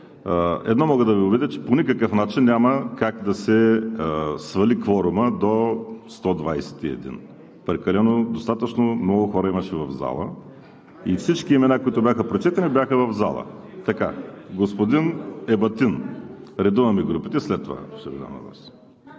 едно мога да Ви убедя, че по никакъв начин няма как да се свали кворумът до 121. Прекалено, достатъчно много хора имаше в залата и всички имена, които бяха прочетени, бяха в залата. Господин Ебатин. Редуваме групите. ЕРДЖАН ЕБАТИН